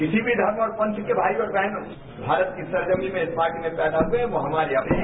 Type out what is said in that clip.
किसी भी धर्म और पंत के भाई और बहनों भारत की सरजमी वो इस माटी में पैदा हुए वो हमारे अपने है